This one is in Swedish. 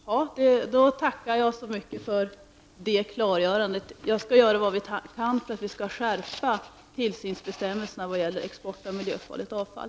Herr talman! Då tackar jag så mycket för det klargörandet. Vi skall i kommittén göra vad vi kan för att skärpa tillsynsbestämmelserna när det gäller export av miljöfarligt avfall.